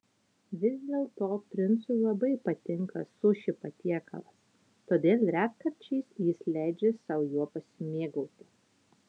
vis dėlto princui labai patinka suši patiekalas todėl retkarčiais jis leidžia sau juo pasimėgauti